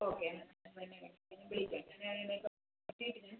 okay അവനെ വിളിക്കാം ഞാൻ എന്നാൽ കട്ട് ചെയ്തിട്ട്